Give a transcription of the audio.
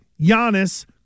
Giannis